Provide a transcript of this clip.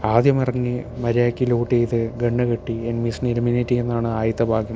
ആദ്യമിറങ്ങി മര്യാദയ്ക്ക് ലൂട്ട് ചെയ്ത് ഗണ്ണ് കിട്ടി എനിമീസിനെ എലിമിനേറ്റ് ചെയ്യുന്നതാണ് ആദ്യത്തെ ഭാഗ്യം